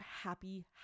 happy